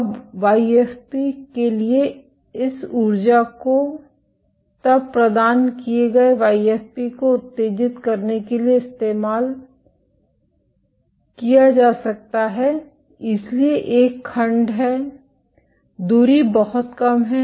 अब वाईएफपी के लिए इस ऊर्जा को तब प्रदान किए गए वाईएफपी को उत्तेजित करने के लिए इस्तेमाल किया जा सकता है इसलिए एक खंड है दूरी बहुत कम है